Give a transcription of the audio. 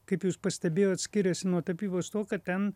kaip jūs pastebėjot skiriasi nuo tapybos tuo kad ten